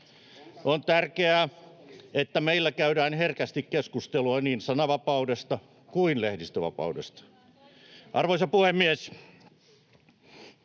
On tärkeää, että meillä käydään herkästi keskustelua niin sananvapaudesta kuin lehdistönvapaudesta. Arvoisa puhemies!